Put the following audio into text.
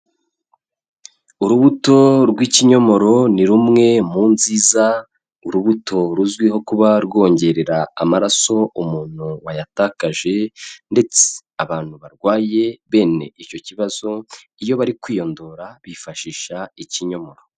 Urubuto rw'ikinyomoro ni rumwe mu nziza, urubuto ruzwiho kuba rwongerera amaraso umuntu wayatakaje ndetse abantu barwaye bene icyo kibazo iyo bari kwiyondora bifashisha ikinyomoro.